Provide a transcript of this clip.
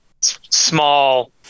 Small